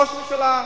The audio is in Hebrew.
ראש הממשלה.